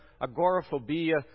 agoraphobia